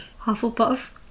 Hufflepuff